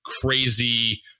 crazy